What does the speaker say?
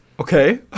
okay